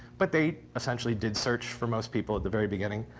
but they essentially did search for most people at the very beginning.